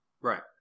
Right